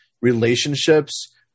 relationships